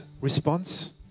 response